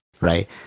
right